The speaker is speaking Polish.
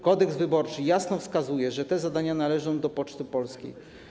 Kodeks wyborczy jasno wskazuje, że te zadania należą do Poczty Polskiej.